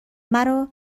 مرا